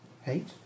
Hate